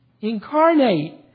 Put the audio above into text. incarnate